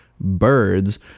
birds